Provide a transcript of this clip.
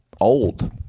old